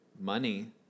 money